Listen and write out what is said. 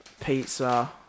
Pizza